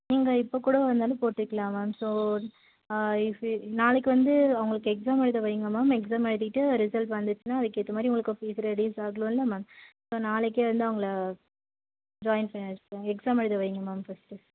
நீங்கள் இப்போ கூட வந்தாலும் போட்டுக்கலாம் மேம் ஸோ இஃப் யூ நாளைக்கு வந்து அவங்களுக்கு எக்ஸாம் எழுத வைங்க மேம் எக்ஸாம் எழுதிட்டு ரிசல்ட் வந்துச்சுன்னா அதுக்கேற்ற மாதிரி உங்களுக்கு ஃபீஸ் ரெடியூஸ் ஆகிடும்ல மேம் ஸோ நாளைக்கே வந்து அவங்களை ஜாய்ன் பண்ண வச்சுருவோம் எக்ஸாம் எழுத வைங்க மேம் ஃபஸ்ட்டு